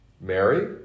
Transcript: Mary